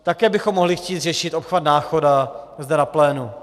Také bychom mohli chtít řešit obchvat Náchoda zde na plénu.